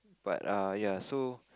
but err ya so